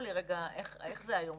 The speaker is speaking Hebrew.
איך זה עובד היום?